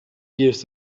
years